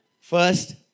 first